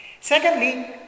Secondly